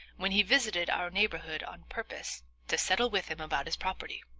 when he visited our neighborhood on purpose to settle with him about his property.